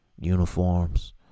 uniforms